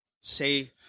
say